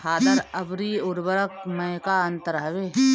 खादर अवरी उर्वरक मैं का अंतर हवे?